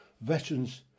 Veterans